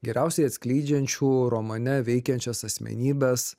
geriausiai atskleidžiančių romane veikiančias asmenybes